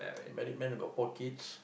married man and got four kids